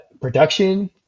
production